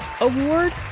award